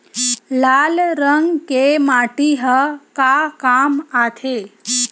लाल रंग के माटी ह का काम आथे?